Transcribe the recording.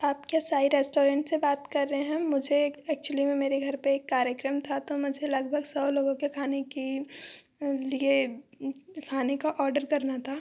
आप क्या साई रेस्टॉरेंट से बात कर रहे हैं मुझे एक एक्चुअली में मेरे घर पे एक कार्यक्रम था तो मुझे लगभग सौ लोगों के खाने की लिए खाने का ऑर्डर करना था